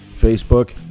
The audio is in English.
Facebook